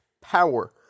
power